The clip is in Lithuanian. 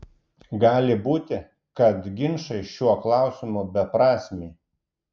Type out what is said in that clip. gali būti kad ginčai šiuo klausimu beprasmiai